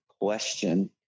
question